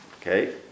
Okay